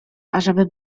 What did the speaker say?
ażeby